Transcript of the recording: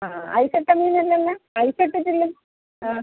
ആ ഐസ് ഇട്ട മീൻ അല്ലല്ലോ ഐസ് ഇട്ടിട്ട് ഇല്ല ആ